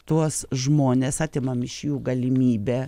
tuos žmones atimam iš jų galimybę